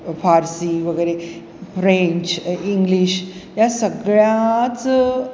फारसी वगैरे French English या सगळ्याच